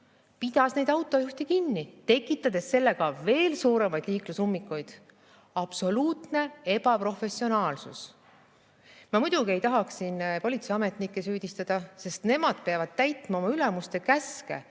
pidas neid autojuhte kinni, tekitades sellega veel suuremaid liiklusummikuid. Absoluutne ebaprofessionaalsus. Ma muidugi ei tahaks siin politseiametnikke süüdistada, sest nemad peavad täitma oma ülemuste käske.